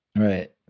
Right